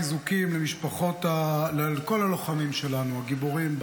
חיזוקים לכל הלוחמים הגיבורים שלנו,